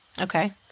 Okay